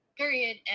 period